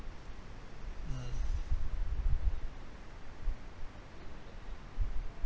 mm